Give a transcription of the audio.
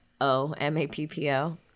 O-M-A-P-P-O